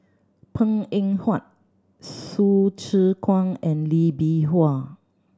Png Eng Huat Hsu Tse Kwang and Lee Bee Wah